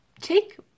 take